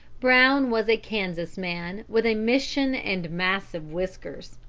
brown was a kansas man with a mission and massive whiskers.